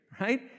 right